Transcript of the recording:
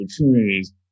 opportunities